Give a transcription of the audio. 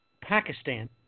Pakistan